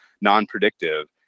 non-predictive